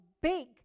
big